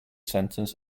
sentence